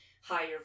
higher